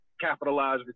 capitalize